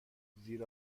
زیر